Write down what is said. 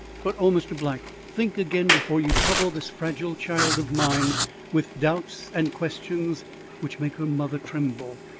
but oh, mr. black, think again before you trouble this fragile child of mine with doubts and questions which make her mother tremble.